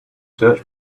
search